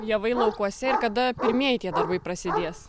javai laukuose ir kada pirmieji tie darbai prasidės